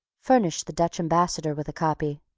furnished the dutch ambassador with a copy.